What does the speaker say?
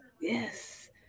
Yes